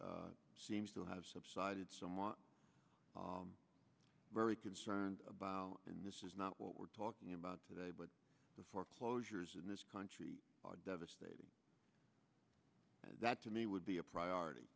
seems to have subsided very concerned about and this is not what we're talking about today but the foreclosures in this country how devastating that to me would be a priority